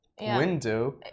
window